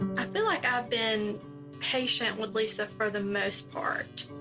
i feel like i've been patient with lisa for the most part.